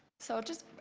so just